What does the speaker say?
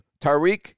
Tariq